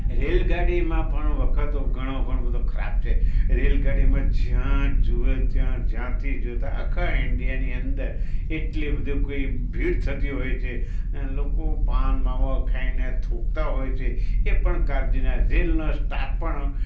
rail ગાડીમાં પણ વખતો ઘણો ઘણો બધો ખરાબ છે રેલ ગાડીમાં જ્યાં જુએ ત્યાં જ્યાંથી જુએ આખા ઈન્ડિયાની અંદર એટલી બધી કોઈ ભીડ થતી હોય છે લોકો પાન માવા ખાઈને થૂંકતા હોય છે એ પણ કાળજીના રેલનો સ્ટાફ પણ